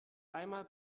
einmal